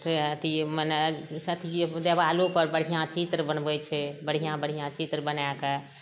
से अथी मने अथिये देबालोपर बढ़िऑं चित्र बनबै छै बढ़िऑं बढ़िऑं चित्र बनाके